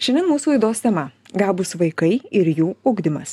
šiandien mūsų laidos tema gabūs vaikai ir jų ugdymas